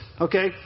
Okay